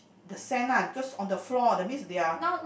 the sand lah because on the floor that's mean they are